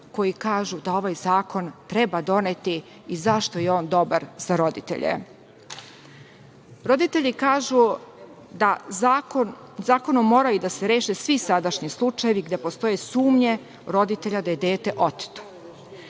koji kažu da ovaj zakon treba doneti i zašto je on dobar za roditelje. Roditelji kažu da zakonom moraju da se reše svi sadašnji slučajevi, gde postoje sumnje roditelja da je dete oteto.